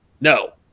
No